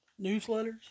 newsletters